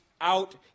out